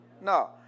No